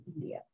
India